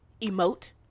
Emote